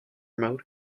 mode